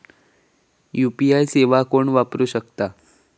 UPI सेवा कोण वापरू शकता?